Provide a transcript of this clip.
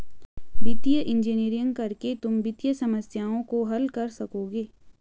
वित्तीय इंजीनियरिंग करके तुम वित्तीय समस्याओं को हल कर सकोगे